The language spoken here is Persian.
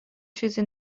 چیزی